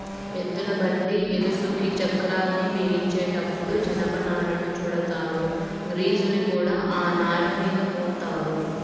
ఎద్దుల బండి ఇరుసుకి చక్రాల్ని బిగించేటప్పుడు జనపనారను చుడతారు, గ్రీజుని కూడా ఆ నారమీద పోత్తారు